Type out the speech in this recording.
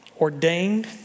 ordained